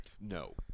no